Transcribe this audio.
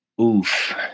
oof